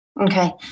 Okay